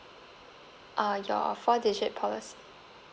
uh your four digit policy